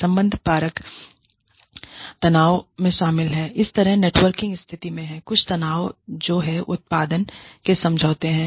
संबंधपरक तनाव में शामिल हैं इस तरह की नेटवर्किंग स्थिति में कुछ तनाव जो हैंउत्पादन आउटपुट के समझौते हैं